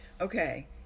okay